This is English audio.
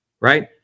right